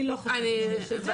אני לא חושבת שיש את זה.